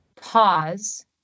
pause